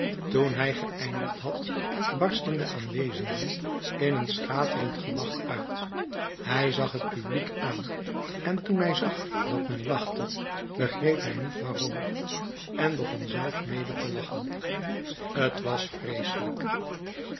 toen hij geëindigd had barstten de aanwezenden in een schaterend gelach uit hij zag het publiek aan en toen hij zag dat men lachte begreep hij niet waarom en begon zelf mede te lachen t was vreeselijk